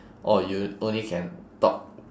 oh you only can talk